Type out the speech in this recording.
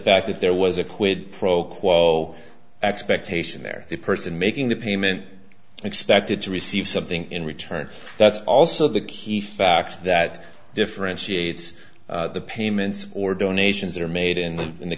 fact that there was a quid pro quo expectation there the person making the payment expected to receive something in return that's also the key fact that differentiates the payments or donations that are made in